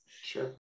Sure